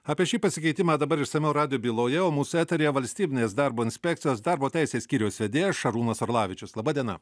apie šį pasikeitimą dabar išsamiau rado byloje o mūsų eteryje valstybinės darbo inspekcijos darbo teisės skyriaus vedėjas šarūnas orlavičius laba diena